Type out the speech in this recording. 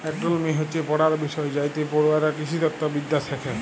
agronomy হচ্যে পড়ার বিষয় যাইতে পড়ুয়ারা কৃষিতত্ত্ব বিদ্যা শ্যাখে